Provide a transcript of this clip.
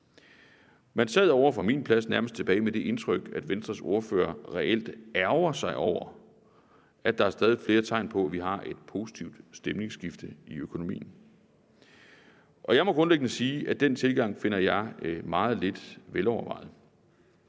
Man sad ovre på min plads nærmest tilbage med det indtryk, at Venstres ordfører reelt ærgrer sig over, at der er stadig flere tegn på, at vi har et positivt stemningsskifte i økonomien. Og jeg må grundlæggende sige, at den tilgang finder jeg meget lidt velovervejet,